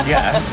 Yes